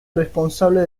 responsable